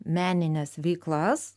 menines veiklas